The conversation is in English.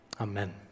Amen